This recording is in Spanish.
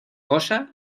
cosa